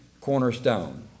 cornerstone